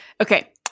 Okay